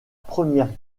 première